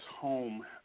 home